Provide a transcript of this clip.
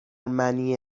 منی